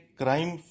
crime